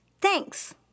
Thanks